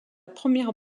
première